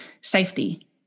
safety